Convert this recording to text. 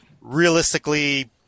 realistically